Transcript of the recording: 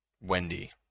Wendy